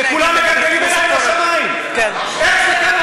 וכולם מגלגלים את העיניים לשמים: איך זה קרה?